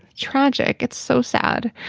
tragic. it's so sad